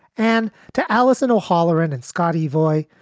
and to alison or holloran and scottie voyt,